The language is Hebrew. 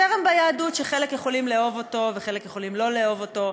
זרם ביהדות שחלק יכולים לאהוב אותו וחלק יכולים שלא לאהוב אותו,